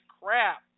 crap